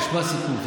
תשמע סיפור.